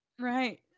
Right